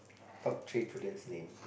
top three students name